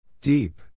Deep